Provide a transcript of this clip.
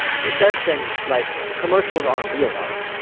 he says things like commercials aren't real art,